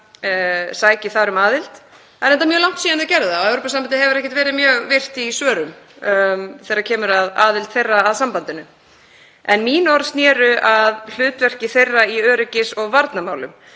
sæki þar um aðild. Það er reyndar mjög langt síðan þau gerðu það og Evrópusambandið hefur ekkert verið mjög virkt í svörum þegar kemur að aðild þeirra að sambandinu. Mín orð sneru að hlutverki þeirra í öryggis- og varnarmálum,